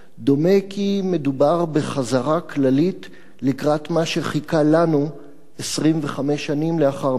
דומה כי מדובר בחזרה כללית לקראת מה שחיכה לנו 25 שנים לאחר מכן.